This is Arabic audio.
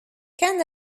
كان